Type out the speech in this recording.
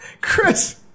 Chris